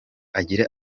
agira